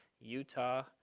Utah